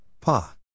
Pa